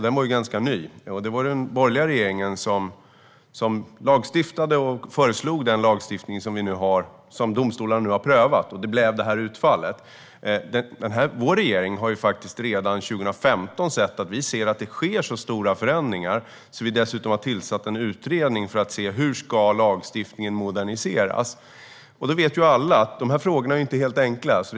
Det var den borgerliga regeringen som föreslog den lagstiftning som domstolarna nu har prövat, med det här utfallet. Vår regering har redan 2015 sett att det sker så stora förändringar att vi tillsatt en utredning för att se hur lagstiftningen ska moderniseras. Alla vet att detta inte är helt enkla frågor.